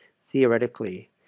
theoretically